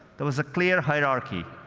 there was a clear hierarchy.